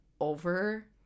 over